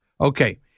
Okay